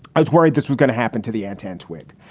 i was worried this was gonna happen to the antenna twigg.